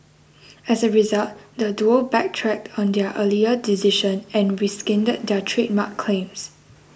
as a result the duo backtracked on their earlier decision and rescinded their trademark claims